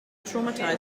traumatized